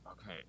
okay